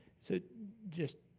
so just,